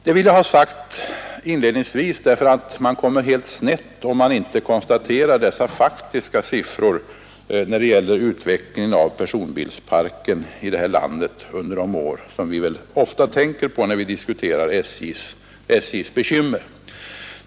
Jag ville inledningsvis framhålla detta, ty man kommer helt snett om man inte konstarerar dessa fakta beträffande utvecklingen av personbilsparken under de år som vi ofta tänker på när vi diskuterar SJ:s bekymmer.